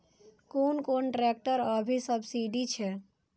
कोन कोन ट्रेक्टर अभी सब्सीडी छै?